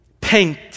paint